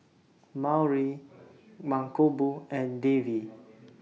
Mankombu and Devi